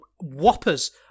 Whoppers